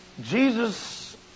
Jesus